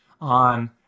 on